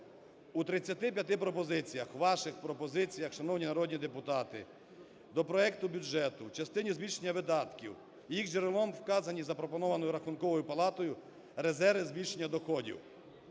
У 35 пропозиціях, ваших пропозиціях, шановні народні депутати, до проекту бюджету в частині збільшення видатків їх джерелом вказані запропоновані Рахунковою палатою резерви збільшення доходів,